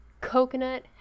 Coconut